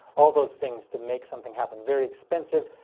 all those things to make something happen, very expensive,